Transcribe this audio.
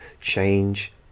change